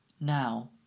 now